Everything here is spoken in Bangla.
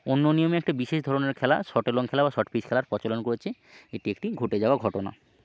অন্য নিয়মে একটি বিশেষ ধরনের খেলা শর্টে লং খেলা বা শর্ট পিচ খেলার প্রচলন করেছে এটি একটি ঘটে যাওয়া ঘটনা